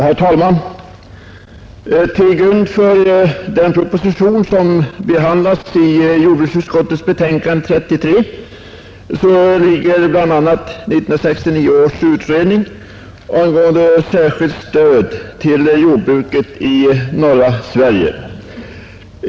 Herr talman! Till grund för den proposition som behandlas i jordbruksutskottets betänkande nr 33 ligger 1969 års utredning angående särskilt stöd till jordbruket i norra Sverige.